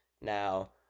Now